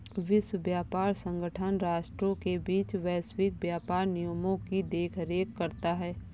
विश्व व्यापार संगठन राष्ट्रों के बीच वैश्विक व्यापार नियमों की देखरेख करता है